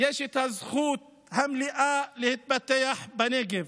יש את הזכות המלאה להתפתח בנגב.